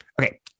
Okay